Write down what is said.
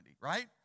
right